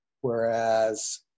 whereas